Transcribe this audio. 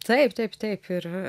taip taip taip ir